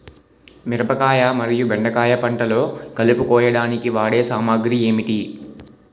మిరపకాయ మరియు బెండకాయ పంటలో కలుపు కోయడానికి వాడే సామాగ్రి ఏమిటి?